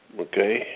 Okay